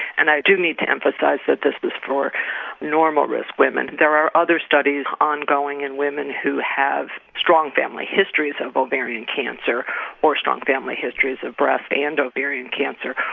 and i do need to emphasise that this is for normal risk women. there are other studies ongoing in women who have strong family histories and of ovarian cancer or strong family histories of breast and ovarian cancer,